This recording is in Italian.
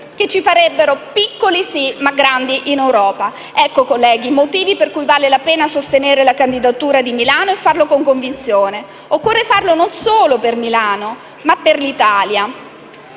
che ci farebbe piccoli sì, ma grandi in Europa. Colleghi, questi sono i motivi per cui vale la pena sostenere la candidatura di Milano e farlo con convinzione. Occorre farlo non solo per Milano, ma per l'Italia.